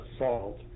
assault